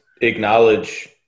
acknowledge